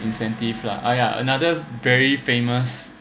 incentive lah !aiya! another very famous